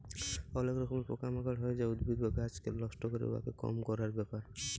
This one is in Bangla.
অলেক রকমের পকা মাকড় হ্যয় যা উদ্ভিদ বা গাহাচকে লষ্ট ক্যরে, উয়াকে কম ক্যরার ব্যাপার